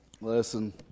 listen